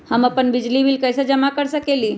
हम अपन बिजली बिल कैसे जमा कर सकेली?